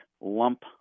lump